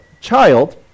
child